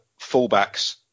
fullbacks